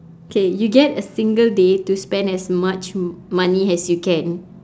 okay you get a single day to spend as much money as you can